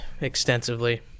Extensively